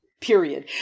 Period